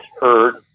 heard